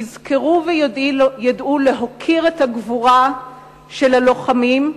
יזכרו וידעו להוקיר את הגבורה של הלוחמים,